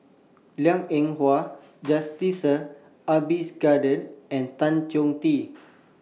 Liang Eng Hwa Jacintha Abisheganaden and Tan Choh Tee